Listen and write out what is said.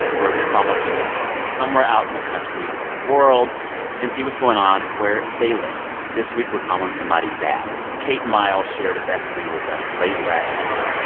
where we call up a listener from somewhere out in the country or the world and see what's going on where they live. this week, we're calling somebody back. kate mile shared a best thing with us late last year.